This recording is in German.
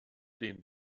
den